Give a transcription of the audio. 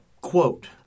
quote